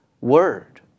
word